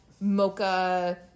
mocha